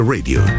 Radio